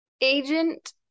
Agent